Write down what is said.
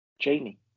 Jamie